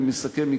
אני מסכם,